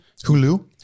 hulu